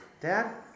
Dad